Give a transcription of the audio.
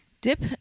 Dip